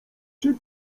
czy